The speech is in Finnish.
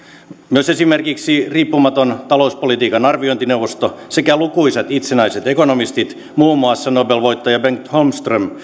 myös esimerkiksi riippumaton talouspolitiikan arviointineuvosto sekä lukuisat itsenäiset ekonomistit muun muassa nobel voittaja bengt holmström